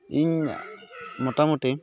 ᱤᱧ ᱢᱚᱴᱟᱢᱩᱴᱤ